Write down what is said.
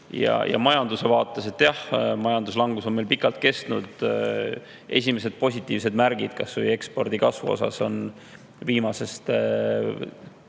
Majanduse vaates, jah, majanduslangus on meil pikalt kestnud. Esimesed positiivsed märgid kas või ekspordi kasvust on näha viimastel